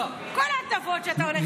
כל ההטבות שאתה הולך לתת לו.